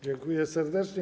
Dziękuję serdecznie.